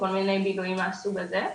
כל מיני דברים מהסוג הזה.